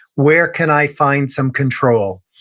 where can i find some control?